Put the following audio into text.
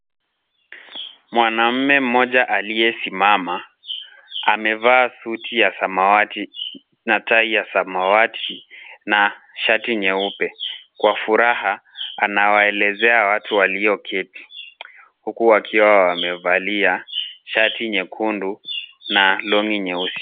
Mwanamume mmoja aliyesimama, amevaa suti ya samawati na tai ya samawati na shati nyeupe. Kwa furaha anawaelezea watu walioketi huku wakiwa wamevalia shati nyekundu na long'i nyeusi.